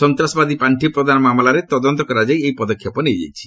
ସନ୍ତାସବାଦୀ ପାଣ୍ଡି ପ୍ରଦାନ ମାମଲାରେ ତଦନ୍ତ କରାଯାଇ ଏହି ପଦକ୍ଷେପ ନିଆଯାଇଛି